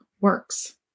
works